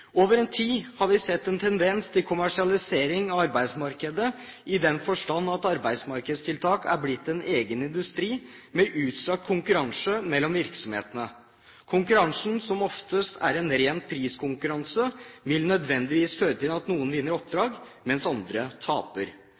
Over tid har vi sett en tendens til kommersialisering av arbeidsmarkedet, i den forstand at arbeidsmarkedstiltak er blitt en egen industri med utstrakt konkurranse mellom virksomhetene. Konkurransen, som oftest er en ren priskonkurranse, vil nødvendigvis føre til at noen vinner oppdrag, mens andre taper.